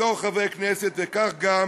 בתור חברי הכנסת, וכך גם